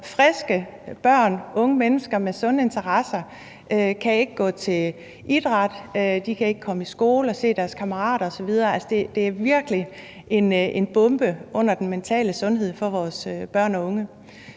friske børn og unge mennesker med sunde interesser, kan ikke gå til idræt, de kan ikke komme i skole og se deres kammerater osv. Det er virkelig en bombe under den mentale sundhed for vores børn og unge.